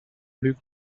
luc